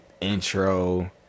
intro